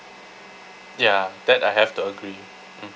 ya that I have to agree mm